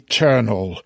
Eternal